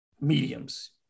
mediums